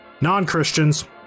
non-Christians